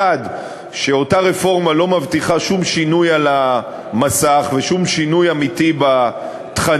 1. שאותה רפורמה לא מבטיחה שום שינוי על המסך ושום שינוי אמיתי בתכנים,